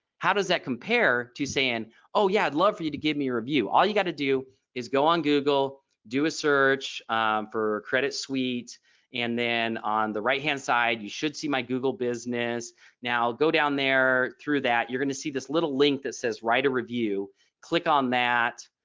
how does that compare to saying oh yeah i'd love for you to give me a review. all you got to do is go on google do a search for credit suite and then on the right-hand side you should see my google business now go down there through that you're going to see this little link that says write a review click on that.